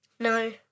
No